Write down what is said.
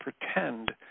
pretend